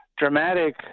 dramatic